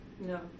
No